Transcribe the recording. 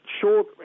short